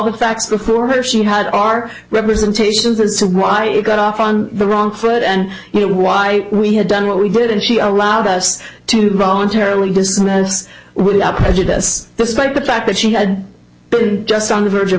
the facts before her she had our representations as to why you got off on the wrong foot and you know why we had done what we did and she allowed us to voluntarily business without prejudice despite the fact that she had been just on the verge of